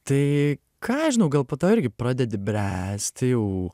tai ką aš žinau gal po to irgi pradedi bręsti jau